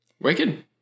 Wicked